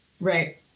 Right